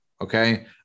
Okay